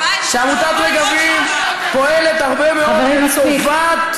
לתת-רמה והגבתי לחבר כנסת שלא ראוי לתגובה.